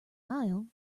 aisle